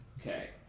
Okay